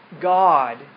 God